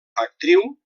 actriu